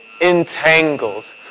entangles